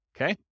okay